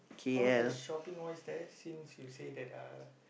how's the shopping wise there since you said that uh